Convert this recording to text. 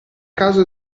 caso